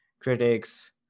critics